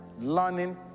learning